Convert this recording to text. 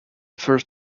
first